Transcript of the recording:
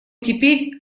теперь